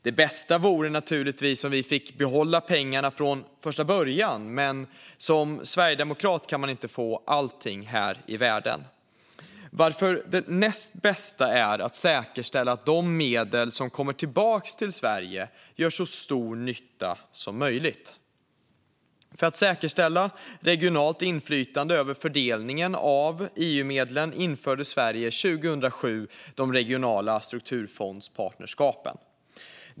Det bästa vore naturligtvis om vi fick behålla pengarna från första början, men som sverigedemokrat kan man inte få allting här i världen. Det näst bästa är att säkerställa att de medel som kommer tillbaka till Sverige gör så stor nytta som möjligt. För att säkerställa regionalt inflytande över fördelningen av EU-medlen införde Sverige 2007 de regionala strukturfondspartnerskapen.